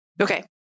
Okay